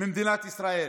ממדינת ישראל,